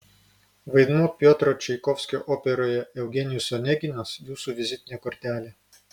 vaidmuo piotro čaikovskio operoje eugenijus oneginas jūsų vizitinė kortelė